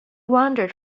wandered